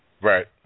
Right